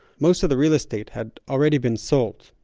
most of the real estate had already been sold,